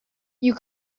you